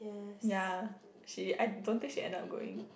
ya she I don't think she end up going